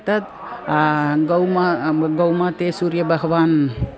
तत् गो मा गोमात्रे सूर्यभगवान्